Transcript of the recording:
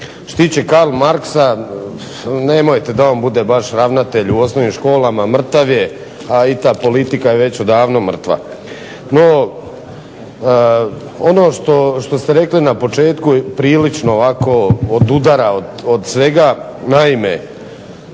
tiče Karl Marxa, nemojte da on bude baš ravnatelj u školama, mrtav je, a i ta politika je već odavno mrtva. No ono što ste rekli na početku prilično ovako odudara od svega. Naime,